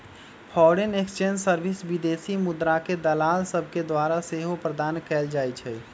foreign exchange service विदेशी मुद्राके दलाल सभके द्वारा सेहो प्रदान कएल जाइ छइ